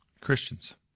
Christians